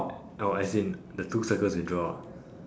uh as in the two circles you draw ah